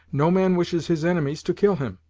no man wishes his enemies to kill him.